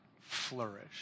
flourish